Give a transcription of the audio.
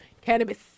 Cannabis